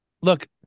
look